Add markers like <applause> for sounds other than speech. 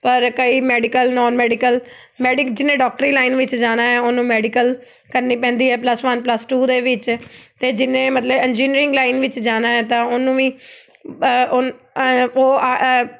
ਪਰ ਕਈ medical non medical ਮੈਡੀ ਜਿਹਨੇ ਡਾਕਟਰੀ ਲਾਈਨ ਵਿੱਚ ਜਾਣਾ ਹੈ ਉਹਨੂੰ ਮੈਡੀਕਲ ਕਰਨੀ ਪੈਂਦੀ ਹੈ ਪਲੱਸ ਵੰਨ ਪਲੱਸ ਟੂ ਦੇ ਵਿੱਚ ਅਤੇ ਜਿਹਨੇ ਮਤਲਬ ਇੰਜੀਨੀਅਰਿੰਗ ਲਾਈਨ ਵਿੱਚ ਜਾਣਾ ਹੈ ਤਾਂ ਉਹਨੂੰ ਵੀ <unintelligible>